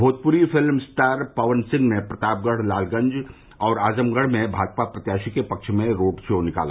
Bhojpuri film star Pawan Singh ने प्रतापगढ़ लालगंज और आजमगढ़ में भाजपा प्रत्याशी के पक्ष में रोड शो निकाला